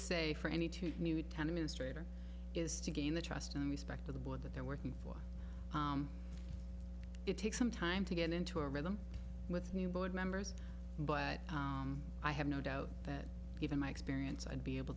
say for any two new town administrator is to gain the trust and respect of the board that they're working for it takes some time to get into a rhythm with new board members but i have no doubt that given my experience i'd be able